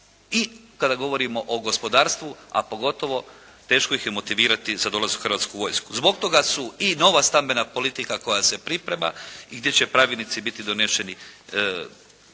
i kad govorimo o gospodarstvu, a pogotovo teško ih je motivirati za dolazak u Hrvatsku vojsku. Zbog toga su i nova stambena politika koja se priprema i gdje će pravilnici biti doneseni